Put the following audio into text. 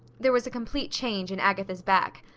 there was a complete change in agatha's back.